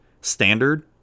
Standard